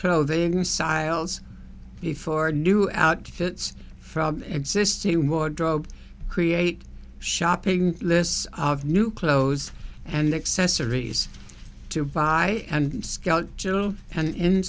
clothing styles before new outfits from existing wardrobe create shopping lists of new clothes and accessories to buy and